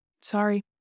sorry